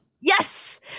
Yes